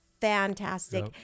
fantastic